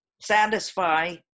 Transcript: satisfy